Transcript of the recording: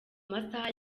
masaha